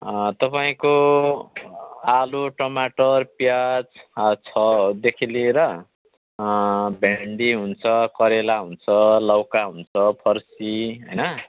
तपाईँको आलु टमाटर प्याज छ देखि लिएर भिन्डी हुन्छ करेला हुन्छ लौका हुन्छ फर्सी होइन